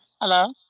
Hello